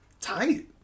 Tight